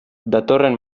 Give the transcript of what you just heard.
datorren